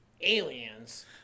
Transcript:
aliens